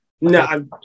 no